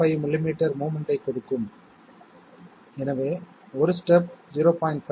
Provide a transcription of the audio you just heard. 5 millimetre movement ஐக் கொடுக்கும் எனவே ஒரு ஸ்டெப் 0